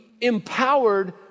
empowered